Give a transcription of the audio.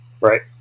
Right